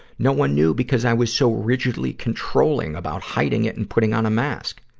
no one knew because i was so rigidly controlling about hiding it and putting on a mask.